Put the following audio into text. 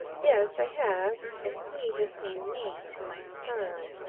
yes, i have and he has seen me, to my sorrow.